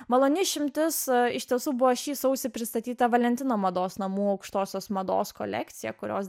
maloni išimtis iš tiesų buvo šį sausį pristatyta valentino mados namų aukštosios mados kolekciją kurios